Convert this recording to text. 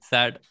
Sad